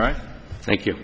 all right thank you